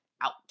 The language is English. out